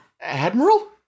Admiral